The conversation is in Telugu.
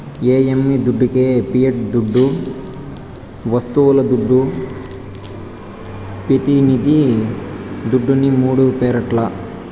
ఓ యమ్మీ దుడ్డికే పియట్ దుడ్డు, వస్తువుల దుడ్డు, పెతినిది దుడ్డుని మూడు పేర్లట